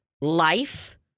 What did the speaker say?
life